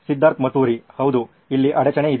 ಸಿದ್ಧಾರ್ಥ್ ಮತುರಿ ಹೌದು ಇಲ್ಲಿ ಅಡಚಣೆಯಿದೆ